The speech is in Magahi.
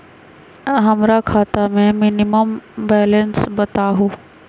हमरा खाता में मिनिमम बैलेंस बताहु?